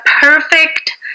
perfect